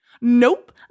Nope